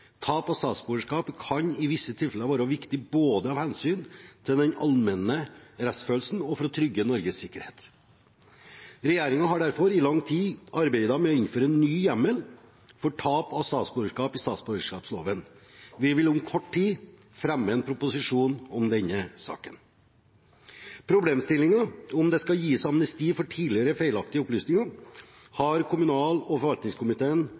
Tap av statsborgerskap kan i visse tilfeller være viktig både av hensyn til den allmenne rettsfølelsen og for å trygge Norges sikkerhet. Regjeringen har derfor i lang tid arbeidet med å innføre en ny hjemmel for tap av statsborgerskap i statsborgerloven. Vi vil om kort tid fremme en proposisjon om denne saken. Problemstillingen om hvorvidt det skal gis amnesti for tidligere feilaktige opplysninger, har kommunal- og forvaltningskomiteen